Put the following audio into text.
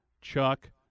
Chuck